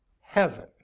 heaven